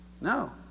No